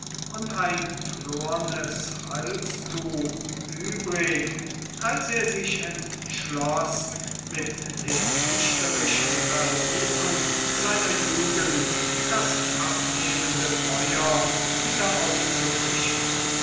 und ein flornes halstuch übrig als er sich entschloß mit den dichterischen versuchen seiner jugend das abnehmende feuer wieder aufzufrischen